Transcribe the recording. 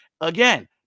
Again